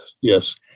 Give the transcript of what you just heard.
Yes